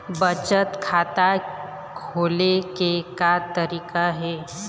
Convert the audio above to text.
बचत खाता खोले के का तरीका हे?